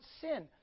sin